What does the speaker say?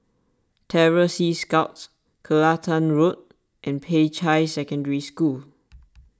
Terror Sea Scouts Kelantan Road and Peicai Secondary School